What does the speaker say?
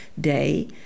day